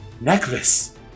necklace